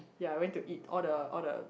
ya went to eat all the all the